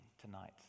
tonight